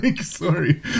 sorry